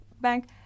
bank